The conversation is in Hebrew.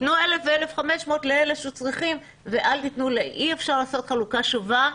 תנו 1,000 ו-1,500 לאלה שצריכים ואל תתנו אי אפשר לעשות חלוקה שווה,